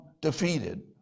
defeated